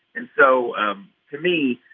and so, to me,